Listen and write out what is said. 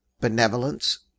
benevolence